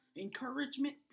encouragement